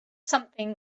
something